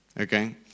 okay